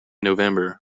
november